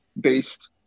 based